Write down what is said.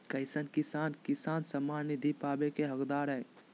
कईसन किसान किसान सम्मान निधि पावे के हकदार हय?